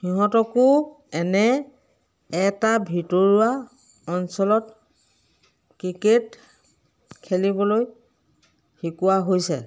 সিহঁতকো এনে এটা ভিতৰুৱা অঞ্চলত ক্ৰিকেট খেলিবলৈ শিকোৱা হৈছে